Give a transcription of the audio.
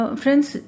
friends